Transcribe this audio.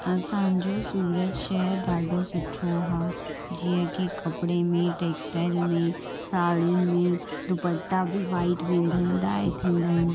असांजो सूरत शहरु ॾाढो सुठो आहे जीअं की कपिड़े में टैक्सटाइल में साड़ियुनि में दुपटा बि वाईट वेंदा आहिनि डाए थींदा आहिनि